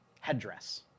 headdress